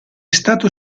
stato